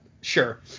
sure